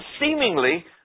seemingly